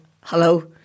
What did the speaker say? hello